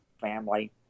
family